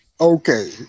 Okay